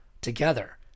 together